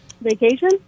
Vacation